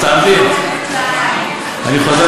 לעניין הצעת החוק שאני מבקש